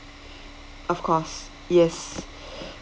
of course yes